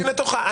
תמתין לתורך.